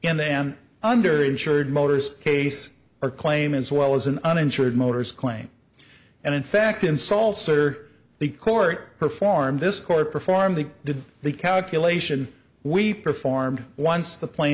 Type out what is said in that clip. in then under insured motors case or claim as well as an uninsured motorist claim and in fact insults or the court performed this court perform they did the calculation we performed once the pla